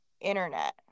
internet